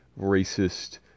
racist